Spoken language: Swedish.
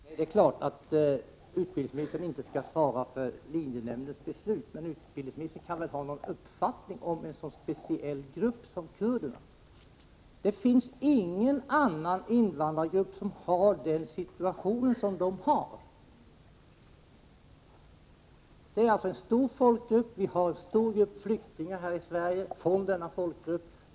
Herr talman! Det är klart att utbildningsministern inte skall överta linjenämndens beslutsfunktion, men utbildningsministern kan väl ha någon uppfattning i detta sammanhang när det gäller en så speciell grupp som kurderna. Ingen annan invandrargrupp har en sådan situation som de har. Det är fråga om en ansenlig folkgrupp, och vi har ett stort antal flyktingar här i Sverige från denna folkgrupp.